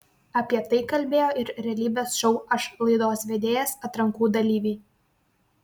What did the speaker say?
apie tai kalbėjo ir realybės šou aš laidos vedėjas atrankų dalyviai